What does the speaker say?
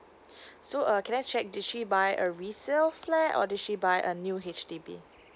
so uh can I check did she buy a resale flat or did she buy a new H_D_B